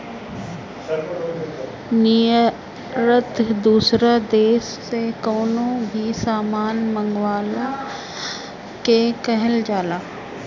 निर्यात दूसरा देस से कवनो भी सामान मंगवला के कहल जाला